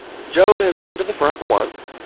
job has been to the front once,